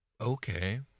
Okay